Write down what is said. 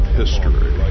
history